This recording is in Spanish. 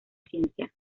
ciencia